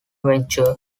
venture